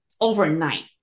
overnight